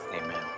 Amen